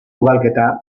ugalketa